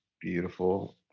beautiful